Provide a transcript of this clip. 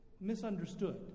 misunderstood